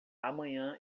amanhã